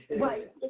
Right